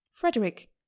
Frederick